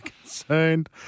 concerned